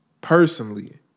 personally